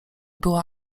była